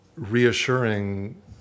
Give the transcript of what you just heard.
Reassuring